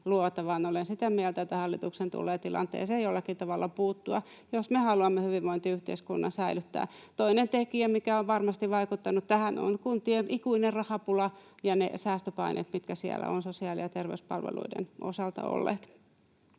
vaan olen sitä mieltä, että hallituksen tulee tilanteeseen jollakin tavalla puuttua, jos me haluamme hyvinvointiyhteiskunnan säilyttää. Toinen tekijä, mikä on varmasti vaikuttanut tähän, on kuntien ikuinen rahapula ja ne säästöpaineet, mitkä siellä ovat olleet sosiaali- ja terveyspalveluiden osalta.